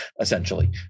essentially